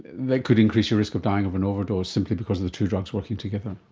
that could increase your risk of dying of an overdose simply because of the two drugs working together.